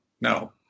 No